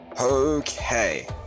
Okay